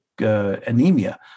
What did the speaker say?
anemia